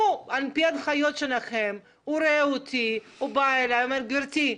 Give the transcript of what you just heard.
אם על פי ההנחיות שלכם כשהוא רואה אותי הוא אומר: גברתי,